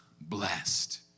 blessed